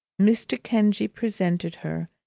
mr. kenge presented her,